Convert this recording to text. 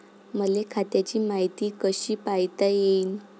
मले खात्याची मायती कशी पायता येईन?